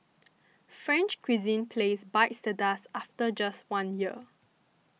French cuisine place bites the dust after just one year